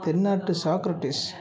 தென்னாட்டு சாக்ரடீஸ்